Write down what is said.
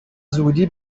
زودی